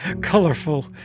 colorful